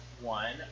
one